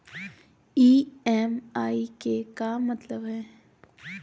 EMI के का मतलब हई?